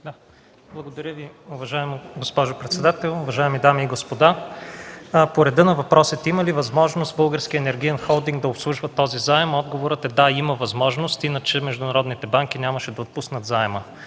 Благодаря Ви. Уважаема госпожо председател, уважаеми дами и господа! По реда на въпросите: има ли възможност Българският енергиен холдинг да обслужва този заем? Отговорът е: да, има възможност. Иначе международните банки нямаше да отпуснат заема.